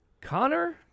Connor